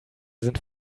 sind